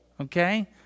Okay